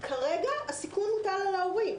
כרגע הסיכון מוטל על ההורים.